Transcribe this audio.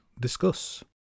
discuss